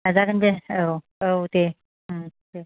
लाजागोन दे दे औ दे